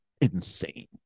insane